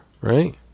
right